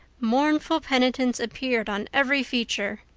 mournful penitence appeared on every feature.